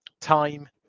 time